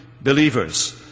believers